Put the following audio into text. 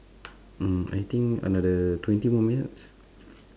mm I think another twenty more minutes